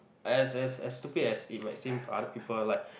as as as stupid as it might seem to other people like